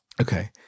Okay